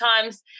times